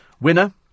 winner